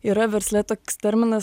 yra versle toks terminas